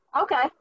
Okay